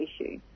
issue